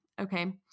Okay